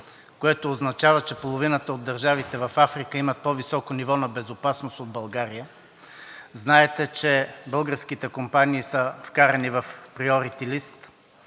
което означава, че половината от държавите в Африка имат по-високо ниво на безопасност от България. Знаете, че българските компании са вкарани в приорити лист,